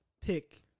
pick